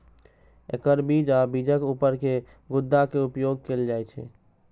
एकर बीज आ बीजक ऊपर के गुद्दा के उपयोग कैल जाइ छै